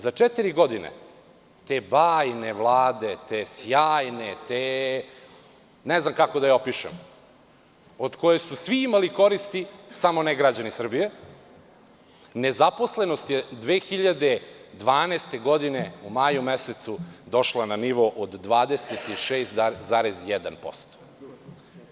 Za četiri godine te bajne vlade, te sjajne, ne znam kako da je opišem, od koje su svi imali koristi samo ne građani Srbije, nezaposlenost je 2012. godine u maju mesecu došla na nivo od 26,1%